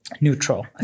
neutral